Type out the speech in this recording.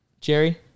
Jerry